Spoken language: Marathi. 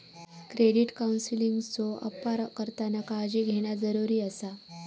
क्रेडिट काउन्सेलिंगचो अपार करताना काळजी घेणा जरुरी आसा